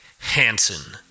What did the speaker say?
Hansen